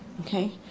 Okay